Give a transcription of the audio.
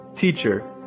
teacher